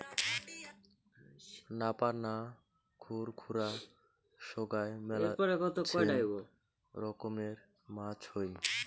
নাপার না, খুর খুরা সোগায় মেলাছেন রকমের মাছ হই